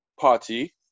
party